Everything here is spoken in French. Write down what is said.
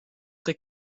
très